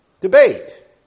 debate